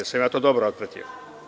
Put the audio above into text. Jesam li ja to dobro otpratio?